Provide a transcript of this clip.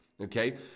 Okay